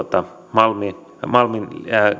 malmin